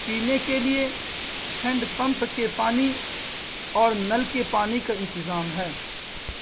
پینے کے لیے ہینڈ پمپ کے پانی اور نل کے پانی کا انتظام ہے